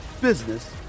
business